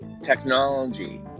Technology